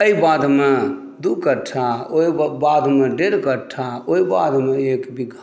एहि बाधमे दू कठ्ठा ओहि बाधमे डेढ़ कठ्ठा ओहि बाधमे एक बीघा